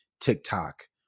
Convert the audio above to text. TikTok